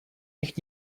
них